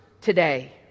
today